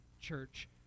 church